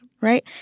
Right